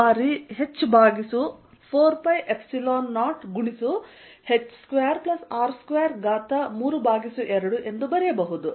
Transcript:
ಆದ್ದರಿಂದ ನಾನು ಇದನ್ನು ರಿಂಗ್ ಮೇಲಿನ ನಿವ್ವಳ ಚಾರ್ಜ್ ಪಟ್ಟು Q ಬಾರಿ h ಭಾಗಿಸು 4π0h2R232 ಎಂದು ಬರೆಯಬಹುದು